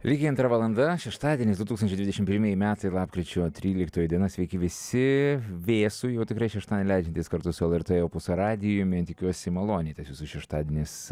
lygiai antra valanda šeštadienis du tūkstančiai dvidešimt pirmieji metai lapkričio tryliktoji diena sveiki visi vėsų jau tikrai šeštadienį leidžiantys kartu su lrt opus radiju tikiuosi maloniai tas jūsų šeštadienis